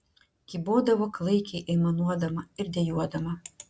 kybodavo klaikiai aimanuodama ir dejuodama